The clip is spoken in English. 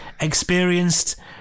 experienced